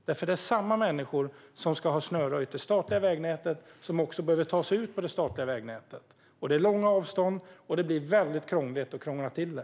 Det är samma människor som ska ha det statliga vägnätet snöröjt som också behöver kunna ta sig ut på det statliga vägnätet. Det är långa avstånd, och det här gör att det blir väldigt krångligt.